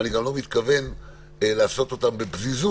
ואני גם לא מתכוון לעשות אותם בפזיזות.